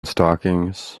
stockings